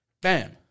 Bam